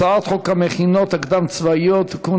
הצעת חוק המכינות הקדם-צבאיות (תיקון,